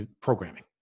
programming